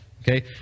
Okay